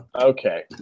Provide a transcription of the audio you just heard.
Okay